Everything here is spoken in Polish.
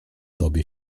tobie